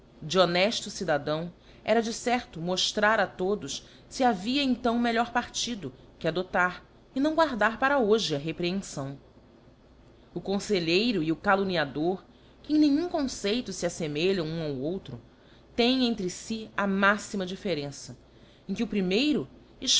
de honefto cidadão era de certo moftrar a todos fc havia então melhor partido que adoptar e não guardar para hoje a reprehenfão o confelheiro e o calumniador que em nenhum conceito fe affemelham um ao outro teem entre fi a máxima differença em que o primeiro